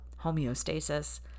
homeostasis